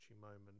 moment